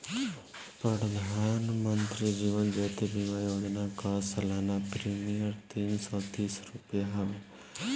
प्रधानमंत्री जीवन ज्योति बीमा योजना कअ सलाना प्रीमियर तीन सौ तीस रुपिया हवे